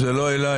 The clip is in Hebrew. זה לא אלייך,